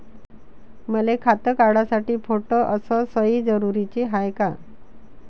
मले खातं काढासाठी फोटो अस सयी जरुरीची हाय का?